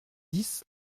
dix